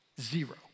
Zero